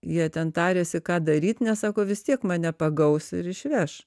jie ten tariasi ką daryt nes sako vis tiek mane pagaus ir išveš